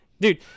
dude